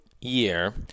year